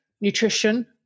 nutrition